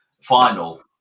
Final